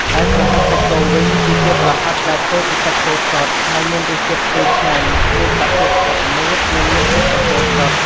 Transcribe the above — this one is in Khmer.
ឯប្រហិតសាច់គោវិញ គឺជាប្រហិតដែលធ្វើពីសាច់គោសុទ្ធ ហើយមានរសជាតិឈ្ងុយឆ្ងាញ់ មានសភាពស្អិតល្មួត និងមានជាតិសាច់គោសុទ្ធ។